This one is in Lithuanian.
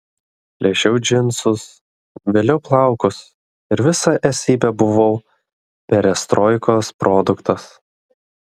plėšiau džinsus vėliau plaukus ir visa esybe buvau perestroikos produktas